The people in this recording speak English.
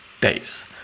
days